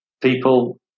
people